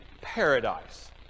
paradise